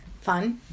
Fun